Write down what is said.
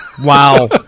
wow